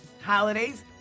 holidays